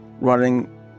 running